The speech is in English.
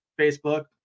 Facebook